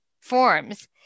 forms